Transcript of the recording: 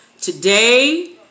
Today